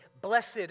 blessed